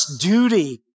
duty